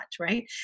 Right